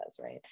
right